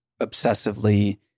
obsessively